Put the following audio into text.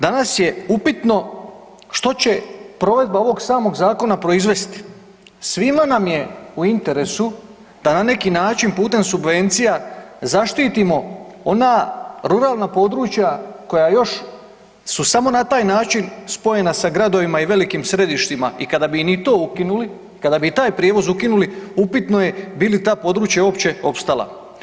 Danas je upitno što će provedba ovog samog zakona proizvesti, svima nam je u interesu da na neki način putem subvencija zaštitimo ona ruralna područja koja još su samo na taj način spojena sa gradovima i velikim središtima i kada bi im i to ukinuli, kada bi i taj prijevoz ukinuli upitno je bi li ta područja uopće opstala.